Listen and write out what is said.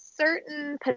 certain